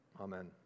Amen